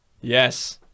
yes